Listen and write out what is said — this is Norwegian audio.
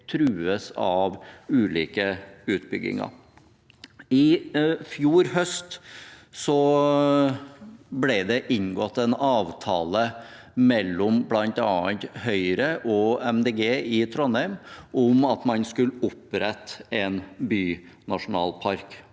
trues av ulike utbygginger. I fjor høst ble det inngått en avtale mellom bl.a. Høyre og Miljøpartiet De Grønne i Trondheim om at man skulle opprette en bynasjonalpark